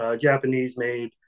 Japanese-made